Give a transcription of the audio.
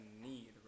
need